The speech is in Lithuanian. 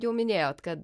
jau minėjot kad